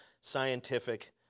scientific